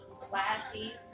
classy